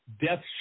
death